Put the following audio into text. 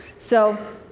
so,